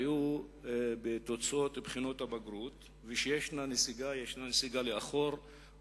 בתוצאות בחינות הבגרות, שיש נסיגה רצינית